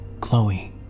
Chloe